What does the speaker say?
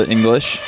English